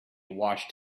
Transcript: watched